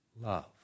love